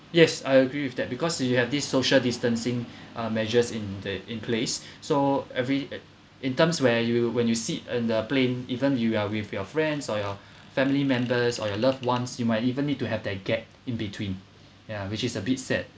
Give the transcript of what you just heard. yes I agree with that because you have this social distancing measures in the in place so every in terms where you when you sit on the plane even you are with your friends or your family members or your loved ones you might even need to have that gap in between yeah which is a bit sad